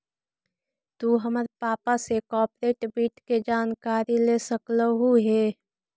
तु हमर पापा से कॉर्पोरेट वित्त के जानकारी ले सकलहुं हे